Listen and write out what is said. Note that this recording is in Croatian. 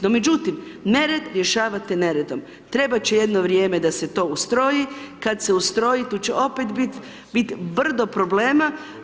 No međutim, nered rješavate neredom, trebati će jedno vrijeme da se to ustroji, kada se ustroji tu će opet biti brdo problema.